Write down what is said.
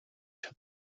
чадна